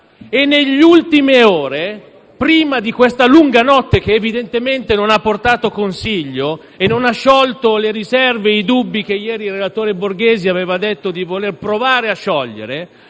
e nelle ultime ore, prima di questa lunga notte che evidentemente non ha portato consiglio e non ha sciolto le riserve e i dubbi che ieri il relatore Borghesi aveva detto di voler provare a sciogliere,